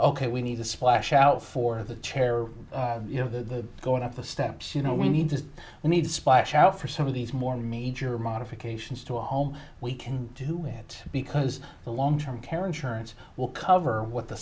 ok we need to splash out for the chair you know the going up the steps you know we need to we need splash out for some of these more major modifications to a home we can do it because the long term care insurance will cover what the